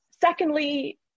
secondly